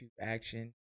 action